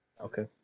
Okay